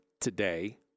today